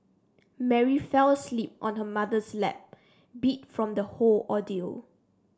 Mary fell asleep on her mother's lap beat from the whole ordeal